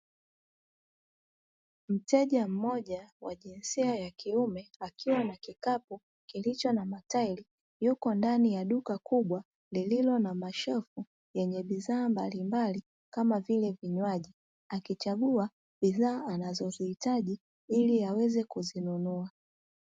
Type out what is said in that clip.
Mteja mmoja wa jinsia ya kiume akiwa na kikapu kilicho na matairi, yuko ndani ya duka kubwa lililo na mashelfu yenye bidhaa mbalimbali kama vile vinywaji, akichagua bidhaa anazozihitaji ili aweze kuzinunua.